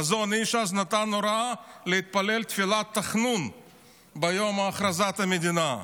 החזון איש אז נתן הוראה להתפלל תפילת תחנון ביום הכרזת המדינה.